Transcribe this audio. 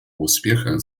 успеха